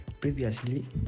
previously